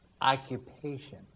occupation